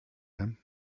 him